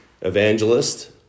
Evangelist